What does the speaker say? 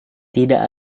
tidak